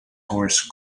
horse